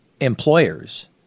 employers –